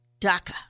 DACA